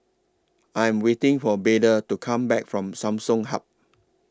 I Am waiting For Beda to Come Back from Samsung Hub